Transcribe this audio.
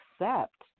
accept